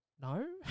no